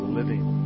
living